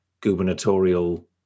gubernatorial